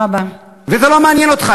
וזה לא מעניין אותך,